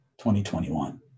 2021